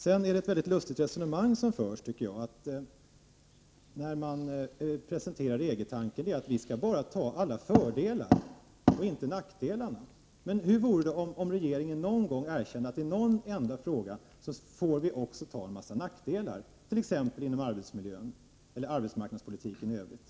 Jag tycker att det förs ett mycket lustigt resonemang när man presenterar EG-tanken. Vi skall bara ta alla fördelarna och inte nackdelarna. Hur vore det om regeringen någon gång erkände att vi i någon enda fråga också får ta en hel del nackdelar, t.ex. när det gäller arbetsmiljön och arbetsmarknadspolitiken i övrigt.